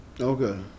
Okay